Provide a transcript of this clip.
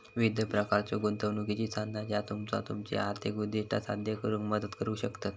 विविध प्रकारच्यो गुंतवणुकीची साधना ज्या तुमका तुमची आर्थिक उद्दिष्टा साध्य करुक मदत करू शकतत